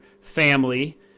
family